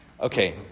Okay